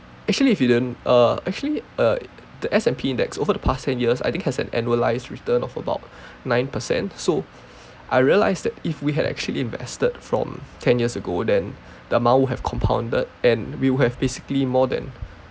actually if you didn't uh actually uh the S_&_P index over the past ten years I think has an annualised return of about nine percent so I realised that if we had actually invested from ten years ago then the amount would have compounded and we would have basically more than